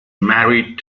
married